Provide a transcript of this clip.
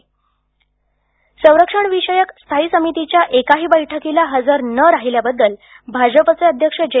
बैठक संरक्षण विषयक स्थायी समितीच्या एकाही बैठकीला हजर न राहिल्याबद्दल भाजपाचे अध्यक्ष जे